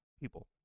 people